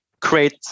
Create